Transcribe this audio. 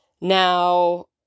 Now